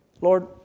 Lord